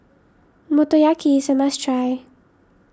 Motoyaki is a must try